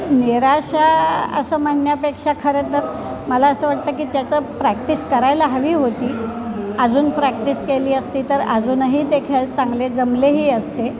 निराशा असं म्हणण्यापेक्षा खरं तर मला असं वाटतं की त्याचं प्रॅक्टिस करायला हवी होती अजून प्रॅक्टिस केली असती तर अजूनही ते खेळ चांगले जमलेही असते